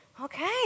Okay